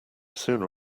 sooner